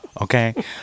okay